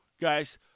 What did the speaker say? guys